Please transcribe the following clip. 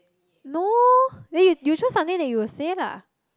no then you you show something that you would say lah